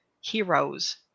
heroes